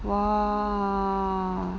!wah!